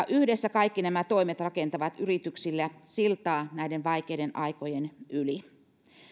yhdessä kaikki nämä toimet rakentavat yrityksille siltaa näiden vaikeiden aikojen yli